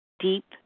deep